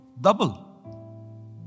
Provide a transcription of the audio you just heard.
Double